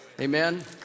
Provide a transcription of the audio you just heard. Amen